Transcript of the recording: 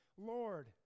Lord